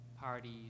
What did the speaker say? parties